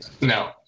No